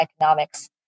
economics